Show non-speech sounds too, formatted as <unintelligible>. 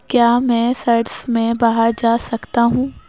کیا میں <unintelligible> میں باہر جا سکتا ہوں